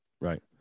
Right